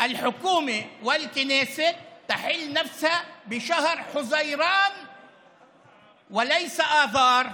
והכנסת מתפזרות בחודש יוני ולא במרץ.